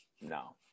No